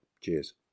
Cheers